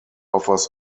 offers